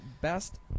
best